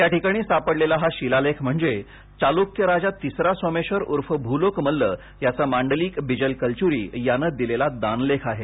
या ठिकाणी सापडलेला हा शिलालेख म्हणजे चालुक्य राजा तिसरा सोमेश्वर उर्फ भूलोकमल्ल याचा मांडलिक बिजल कलच्री याने दिलेला दानलेख आहे